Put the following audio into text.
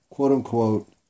quote-unquote